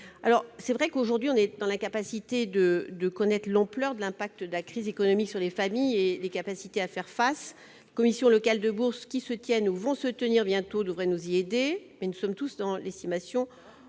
nous sommes aujourd'hui dans l'incapacité de connaître l'ampleur de l'impact de la crise économique sur les familles et leurs capacités à y faire face. Les commissions locales de bourses qui se tiennent ou vont se tenir bientôt devraient nous y aider, mais nous sommes tous dans l'estimation